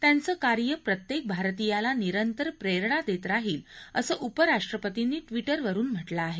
त्यांचं कार्य प्रत्येक भारतीयाला निरंतर प्रेरणा देत राहील असं उप राष्ट्रपतींनी ट्विटरवरून म्हटलं आहे